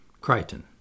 Crichton